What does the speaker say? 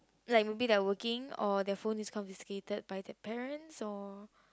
like maybe they are working or their phone is confiscated by their parents so